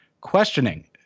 questioning